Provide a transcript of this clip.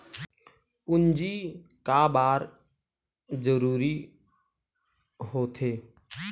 पूंजी का बार जरूरी हो थे?